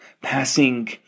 passing